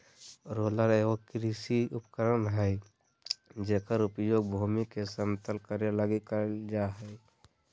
roller एगो कृषि उपकरण हइ जेकर उपयोग भूमि के समतल करे लगी करल जा हइ